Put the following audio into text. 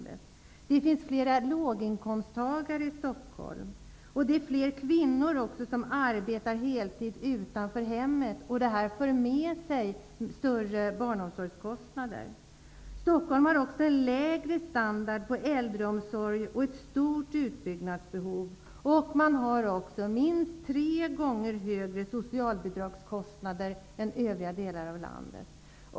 Det finns flera låginkomsttagare i Stockholm. Det finns också flera kvinnor som arbetar heltid utanför hemmet. Det för med sig större barnomsorgskostnader. Stockholm har också lägre standard på äldreomsorg och ett stort utbyggnadsbehov. I Stockholm har man också minst tre gånger högre socialbidragskostnader än övriga delar av landet.